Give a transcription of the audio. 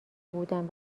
بودم